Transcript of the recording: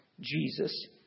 Jesus